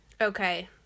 Okay